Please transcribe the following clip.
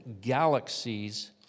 galaxies